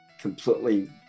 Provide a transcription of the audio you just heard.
completely